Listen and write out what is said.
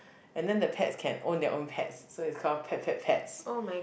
and then the pets can own their own pets so is call pet pet pets